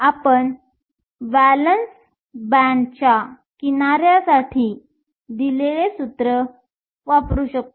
आपण वॅलेन्स बँडच्या किनाऱ्यासाठीही 22πmhkTh232 असेच करू शकतो